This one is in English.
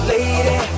Lady